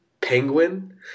penguin